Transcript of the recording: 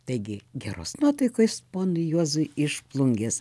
taigi geros nuotaikos ponui juozui iš plungės